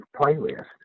playlist